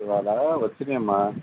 ఇవాళా వచ్చినియమ్మా